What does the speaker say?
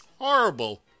horrible